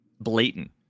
blatant